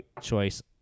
choice